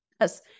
Yes